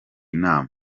nama